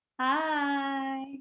Hi